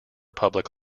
public